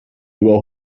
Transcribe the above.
über